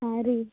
ಹಾಂ ರೀ